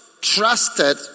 trusted